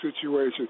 situation